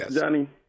Johnny